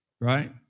Right